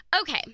Okay